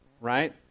right